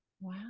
Wow